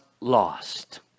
lost